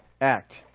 act